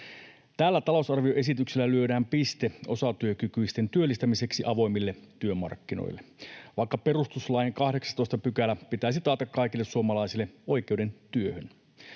Tällä talousarvioesityksellä lyödään piste osatyökykyisten työllistämiseksi avoimille työmarkkinoille, vaikka perustuslain 18 §:n pitäisi taata kaikille suomalaisille oikeus työhön.